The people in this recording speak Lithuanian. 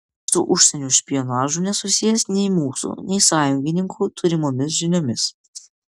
su užsienio špionažu nesusijęs nei mūsų nei sąjungininkų turimomis žiniomis